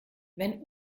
wenn